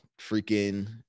Freaking